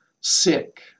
sick